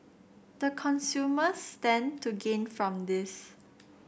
the consumers stand to gain from this